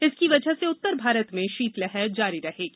इसकी वजह से उत्तर भारत में शीतलहर जारी रहेगी